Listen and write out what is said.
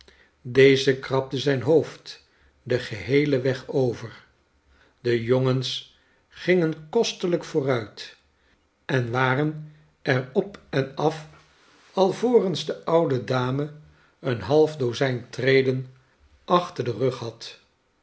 deze krabde zijn hoofd den geheelen weg over de jongens gingen kostelijk vooruit en waren er op en af alvorensde oude dame een half dozijn treden achter den rug had